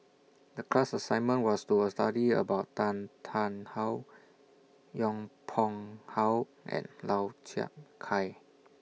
The class assignment was to A study about Tan Tarn How Yong Pung How and Lau Chiap Khai